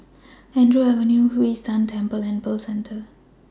Andrews Avenue Hwee San Temple and Pearl Centre